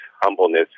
humbleness